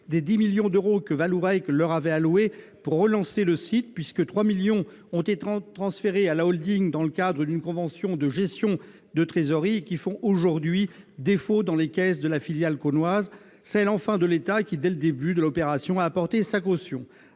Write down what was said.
des 10 millions d'euros que Vallourec leur avait alloués pour relancer le site, puisque 3 millions d'euros ont été transférés à la holding dans le cadre d'une convention de gestion de trésorerie et font aujourd'hui défaut dans les caisses de la filiale cosnoise ; celle, enfin, de l'État, qui, dès le début de l'opération, a apporté sa caution.